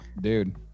Dude